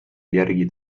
järgi